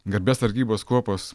garbės sargybos kuopos